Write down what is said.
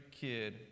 kid